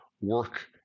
work